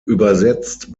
übersetzt